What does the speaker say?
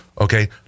Okay